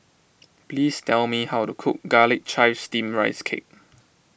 please tell me how to cook Garlic Chives Steamed Rice Cake